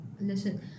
Listen